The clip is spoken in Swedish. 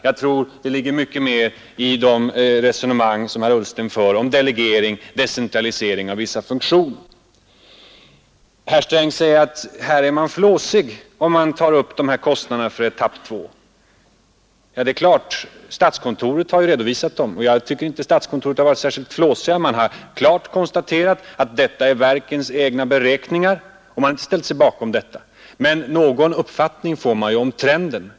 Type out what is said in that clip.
Jag tror att det ligger mycket mer i det resonemang som herr Ullsten för om delegering och decentralisering av vissa funktioner. Herr Sträng sade att vi är flåsiga när vi tar upp kostnaderna för etapp 2. Men statskontoret har ju redovisat de kostnaderna, och jag tycker inte att man har varit särskilt flåsig där. Man har på statskontoret klart konstaterat att detta är verkens egna beräkningar. Statskontoret har inte ställt sig bakom dem. Men en uppfattning får man ju om trenden.